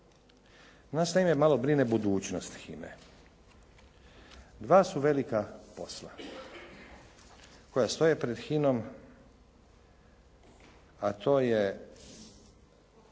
Nas naime malo brine budućnost HINA-e. Dva su velika posla koja stoje pred HINA-om a to je,